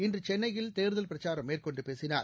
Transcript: இன்றுசென்னையில் அமித்ஷா தேர்தல் பிரச்சாரம் மேற்கொண்டுபேசினார்